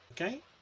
Okay